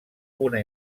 una